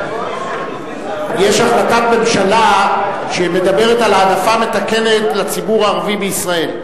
יש החלטת ממשלה שמדברת על העדפה מתקנת לציבור הערבי בישראל.